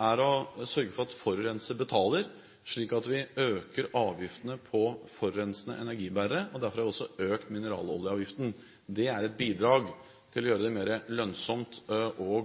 er å sørge for at forurenser betaler, slik at vi øker avgiftene på forurensende energibærere. Derfor har vi også økt mineraloljeavgiften. Det er et bidrag til å gjøre det mer lønnsomt å